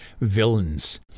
villains